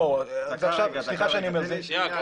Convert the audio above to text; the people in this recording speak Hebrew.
סליחה שאני אומר --- שנייה רק,